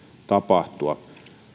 tapahtua